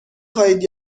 خواهید